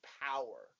power